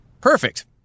Perfect